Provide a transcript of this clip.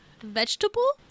vegetable